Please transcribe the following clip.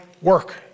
work